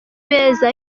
beza